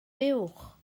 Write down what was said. buwch